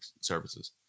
services